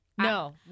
No